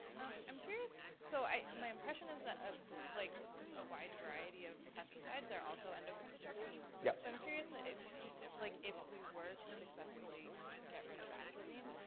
i'm curious, so my impression is that a like ah wide variety of pesticides are also endocrine disruptors? yup. so i'm curious ah then, like if we were to successfully get rid of atrazine,